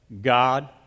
God